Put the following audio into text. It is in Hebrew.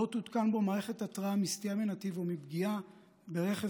תותקן בו מערכת התרעה מסטייה מנתיב או מפגיעה ברכב